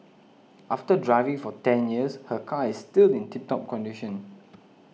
after driving for ten years her car is still in tip top condition